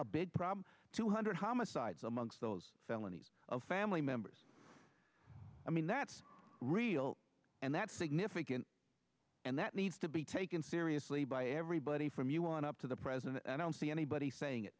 a big problem two hundred homicides amongst those felonies of family members i mean that's real and that's significant and that needs to be taken seriously by everybody from you on up to the present i don't see anybody saying